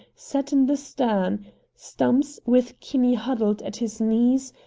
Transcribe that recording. sat in the stern stumps, with kinney huddled at his knees,